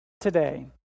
today